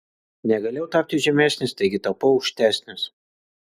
negalėjau tapti žemesnis taigi tapau aukštesnis